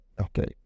Okay